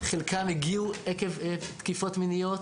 חלקם הגיעו עקב תקיפות מיניות,